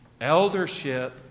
Eldership